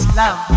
love